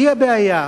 זאת הבעיה.